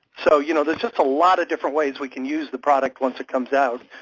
so, you know, there's just a lot of different ways we can use the product once it comes out.